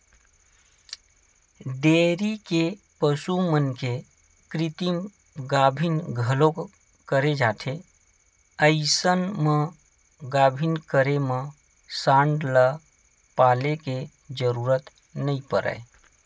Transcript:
dairy के पसु मन के कृतिम गाभिन घलोक करे जाथे अइसन म गाभिन करे म सांड ल पाले के जरूरत नइ परय